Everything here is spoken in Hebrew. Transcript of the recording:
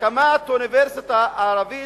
הקמת אוניברסיטה ערבית